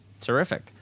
terrific